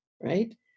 right